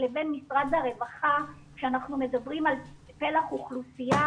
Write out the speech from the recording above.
לבין משרד הרווחה כשאנחנו מדברים על פלח אוכלוסייה